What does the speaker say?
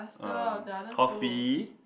um coffee